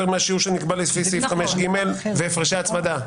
מהשיעור שנקבע לפי סעיף 5ג" והפרשי הצמדה.